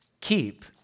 keep